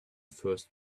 first